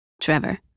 Trevor